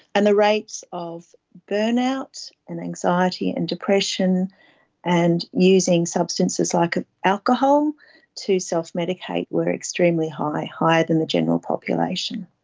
and the rates of burnout and anxiety and depression and using substances like ah alcohol to self-medicate were extremely high, higher than the general population.